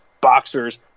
boxers